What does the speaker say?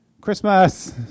Christmas